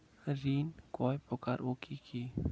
ঋণ কয় প্রকার ও কি কি?